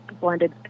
blended